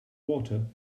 water